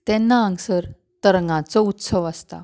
तेन्ना हांगासर तरंगांचो उत्सव आसता